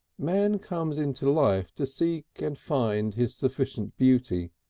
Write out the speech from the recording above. man comes into life to seek and find his sufficient beauty,